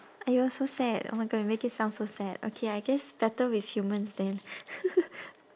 !aiyo! so sad oh my god you make it sound so sad okay I guess better with humans then